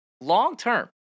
long-term